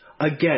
again